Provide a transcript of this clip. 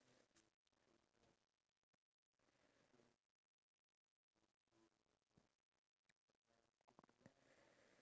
ya go around the world and also get what they want so it's a win-win situation for me and them also